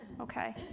okay